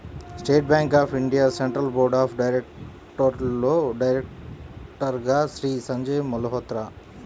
state Bank of India central board of డైరెక్టర్స్లో డైరెక్టర్గా శ్రీ సంజయ్ మల్హోత్రా